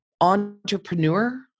entrepreneur